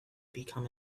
become